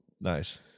Nice